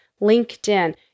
LinkedIn